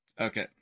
Okay